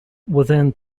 within